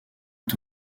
est